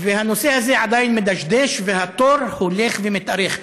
והנושא הזה עדיין מדשדש, והתור הולך ומתארך.